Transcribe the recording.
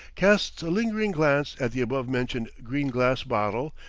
casts a lingering glance at the above-mentioned green-glass bottle,